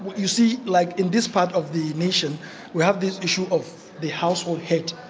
but you see, like in this part of the nation we have this issue of the household head.